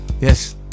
Yes